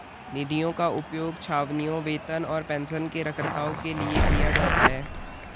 निधियों का उपयोग छावनियों, वेतन और पेंशन के रखरखाव के लिए किया जाता है